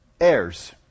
heirs